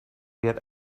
get